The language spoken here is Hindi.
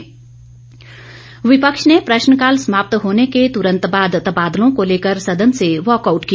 वॉ कआउट विपक्ष ने प्रश्नकाल समाप्त होने के तुरंत बाद तबादलों को लेकर सदन से वाकआऊट किया